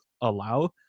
allow